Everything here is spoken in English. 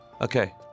Okay